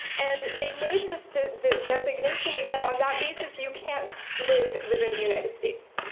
and they made this designation and said on that basis, you can't live within the united states,